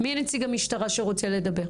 מי נציג המשטרה שרוצה לדבר?